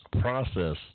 process –